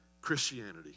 Christianity